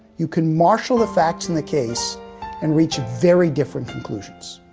you can marshal the facts in the case and reach very different conclusions.